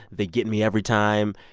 they get me every time.